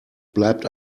bleibt